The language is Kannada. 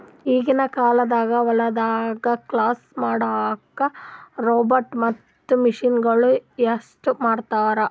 ಈಗಿನ ಕಾಲ್ದಾಗ ಹೊಲ್ದಾಗ ಕೆಲ್ಸ್ ಮಾಡಕ್ಕ್ ರೋಬೋಟ್ ಅಥವಾ ಮಷಿನಗೊಳು ಯೂಸ್ ಮಾಡ್ತಾರ್